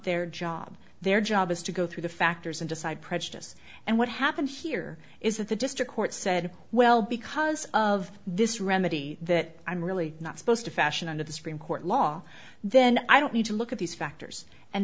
their job their job is to go through the factors and decide prejudice and what happened here is that the district court said well because of this remedy that i'm really not supposed to fashion under the supreme court law then i don't need to look at these factors and